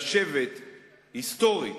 היסטורית,